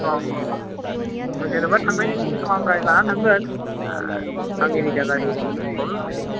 औ औ जेन'बा थांनायनि बेब'स्ताखौ आं गारि लानानै थांगोन आंनि निजा गारिखौनो लांसै